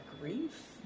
grief